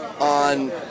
on